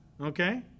okay